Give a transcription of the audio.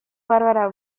barbara